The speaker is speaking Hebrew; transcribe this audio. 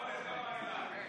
אני לא הולך לשום מקום.